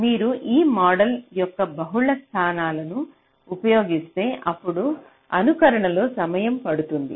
మీరు ఈ మోడళ్ల యొక్క బహుళ స్థాయిలను ఉపయోగిస్తే అప్పుడు అనుకరణ లో సమయం పడుతుంది